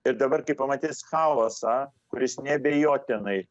ir dabar kai pamatys chaosą kuris neabejotinai